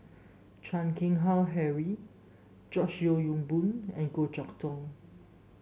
Chan Keng Howe Harry George Yeo Yong Boon and Goh Chok Tong